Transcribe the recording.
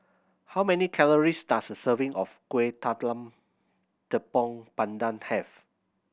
how many calories does a serving of Kueh Talam Tepong Pandan have